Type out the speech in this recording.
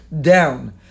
down